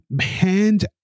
hand